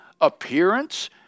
appearance